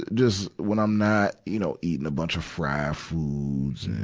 just when i'm not, you know, eating a bunch of fried foods